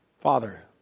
Father